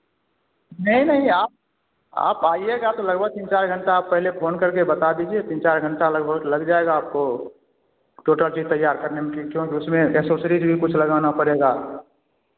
नहीं नहीं आप आप आईएगा तो लगभग तीन चार घंटा आप पहले फ़ोन करके बता दिजीए तीन चार घंटा लगभग लग जाएगा आपको टोटल चीज़ तैयार करने में क्योंकि उसमें असोसिरिज भी कुछ लगाना पड़ेगा